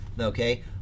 Okay